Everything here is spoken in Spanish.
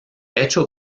hecho